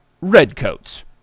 Redcoats